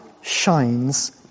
shines